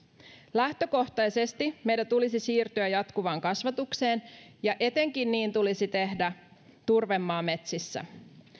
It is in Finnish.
lähtökohtaisesti meidän tulisi siirtyä jatkuvaan kasvatukseen ja etenkin niin tulisi tehdä turvemaametsissä